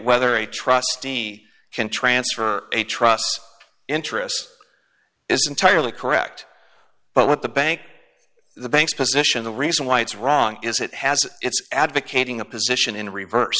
whether a trustee can transfer a trust interest is entirely correct but what the bank the banks position the reason why it's wrong is it has it's advocating a position in reverse